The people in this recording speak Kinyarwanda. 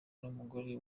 n’umugore